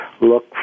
look